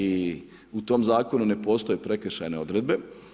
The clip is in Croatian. I u tom zakonu ne postoje prekršajne odredbe.